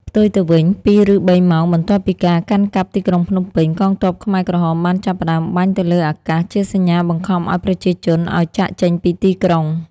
ផ្ទុយទៅវិញ ២ឬ៣ម៉ោងបន្ទាប់ពីកាន់កាប់ទីក្រុងភ្នំពេញ កងទ័ពខ្មែរក្រហមបានចាប់ផ្តើមបាញ់ទៅលើអាកាសជាសញ្ញាបង្ខំឱ្យប្រជាជនឱ្យចាកចេញពីទីក្រុង។